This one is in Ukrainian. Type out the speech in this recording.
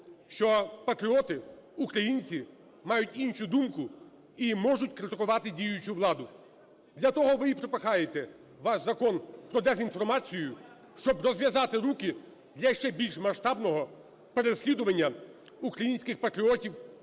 що патріоти, українці, мають іншу думку і можуть критикувати діючу владу. Для того ви і пропихуєте ваш Закон про дезінформацію, щоб розв'язати руки для ще більш масштабного переслідування українських патріотів,